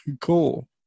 cool